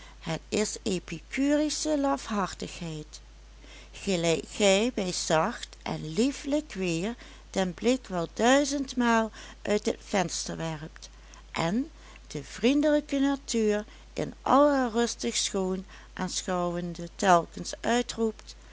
het is epicurische lafhartigheid gelijk gij bij zacht en liefelijk weer den blik wel duizendmaal uit het venster werpt en de vriendelijke natuur in al haar rustig schoon aanschouwende telkens uitroept